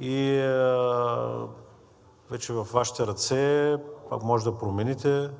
И вече е Във вашите ръце – може да промените